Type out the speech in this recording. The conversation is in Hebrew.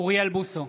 אוריאל בוסו,